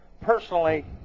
Personally